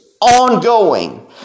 ongoing